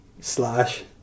slash